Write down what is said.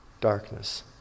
darkness